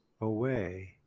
away